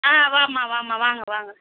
ஆ வாம்மா வாம்மா வாங்க வாங்க